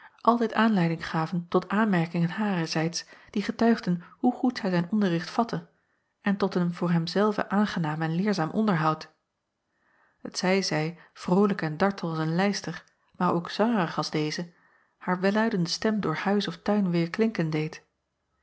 altijd aanleiding gaven tot aanmerkingen harerzijds die getuigden hoe goed zij zijn onderricht vatte en tot een voor hem zelven aangenaam en leerzaam onderhoud t zij zij vrolijk en dartel als een lijster maar ook zangerig als deze haar welluidende stem door huis of tuin weêrklinken deed